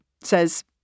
says